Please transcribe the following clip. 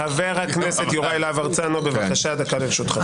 חבר הכנסת יוראי להב הרצנו, בבקשה, דקה לרשותך.